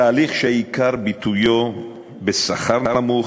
תהליך שעיקר ביטויו בשכר נמוך,